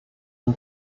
den